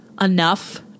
enough